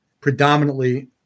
predominantly